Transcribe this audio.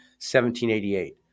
1788